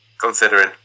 Considering